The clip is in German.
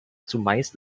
zumeist